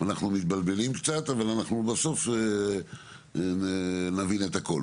אנחנו מתבלבלים קצת, אבל אנחנו בסוף נבין את הכול.